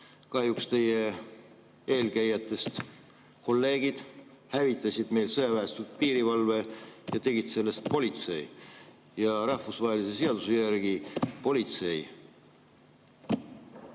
Kahjuks teie eelkäijatest kolleegid hävitasid sõjaväestatud piirivalve ja tegid sellest politsei. Rahvusvahelise seaduse järgi politsei